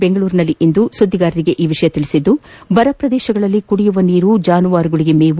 ಬೆಂಗಳೂರಿನಲ್ಲಿಂದು ಸುದ್ದಿಗಾರರೊಂದಿಗೆ ಮಾತನಾಡಿದ ಅವರು ಬರ ಪ್ರದೇಶಗಳಲ್ಲಿ ಕುಡಿಯುವ ನೀರು ಜಾನುವಾರುಗಳಿಗೆ ಮೇವು